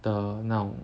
的那种